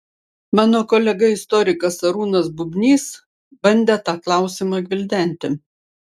mano kolega istorikas arūnas bubnys bandė tą klausimą gvildenti